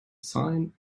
sign